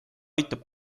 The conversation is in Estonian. aitab